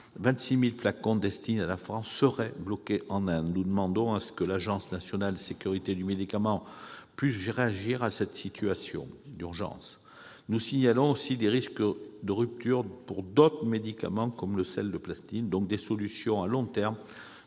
26 000 flacons destinés à la France seraient bloqués en Inde. Nous demandons que l'Agence nationale de sécurité du médicament et des produits de santé puisse réagir à cette situation d'urgence. Nous signalons aussi des risques de pénurie d'autres médicaments, comme le sel de platine. Des solutions de long terme